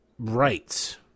rights